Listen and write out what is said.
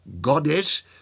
goddess